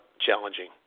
Challenging